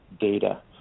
data